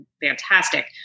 fantastic